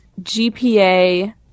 GPA